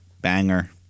banger